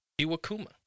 Iwakuma